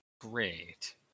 Great